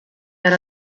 alla